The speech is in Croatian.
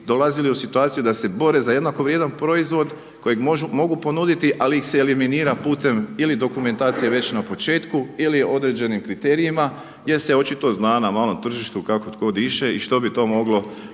dolazili u situaciju da se bore za jednako vrijedan proizvod kojeg mogu ponuditi, ali ih se eliminira putem ili dokumentacije već na početku ili određenim kriterijima jer se očito zna na malom tržištu kako tko diše i što bi to moglo